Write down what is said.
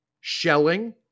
shelling